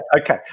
okay